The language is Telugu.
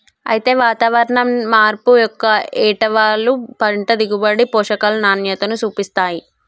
అయితే వాతావరణం మార్పు యొక్క ఏటవాలు పంట దిగుబడి, పోషకాల నాణ్యతపైన సూపిస్తాయి